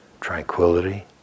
tranquility